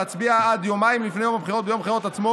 להצביע עד יומיים לפני יום הבחירות וביום הבחירות עצמו